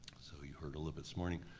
so you heard a little bit this morning,